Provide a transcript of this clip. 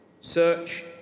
Search